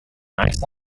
nice